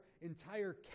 entire